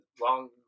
long